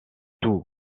tout